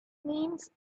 means